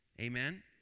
Amen